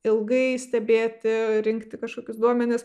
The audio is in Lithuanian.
ilgai stebėti rinkti kažkokius duomenis